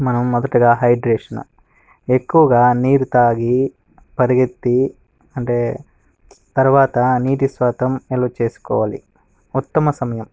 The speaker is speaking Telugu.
మనం మొదటిగా హైడ్రేషన్ ఎక్కువగా నీరు తాగి పరుగెత్తి అంటే తర్వాత నీటి శాతం నిలవ చేసుకోవాలి ఉత్తమ సమయం